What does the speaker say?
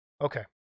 Okay